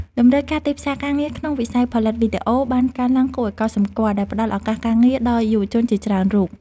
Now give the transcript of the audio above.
តម្រូវការទីផ្សារការងារក្នុងវិស័យផលិតវីដេអូបានកើនឡើងគួរឱ្យកត់សម្គាល់ដែលផ្ដល់ឱកាសការងារដល់យុវជនជាច្រើនរូប។